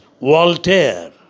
Voltaire